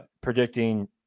predicting